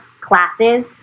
classes